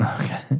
Okay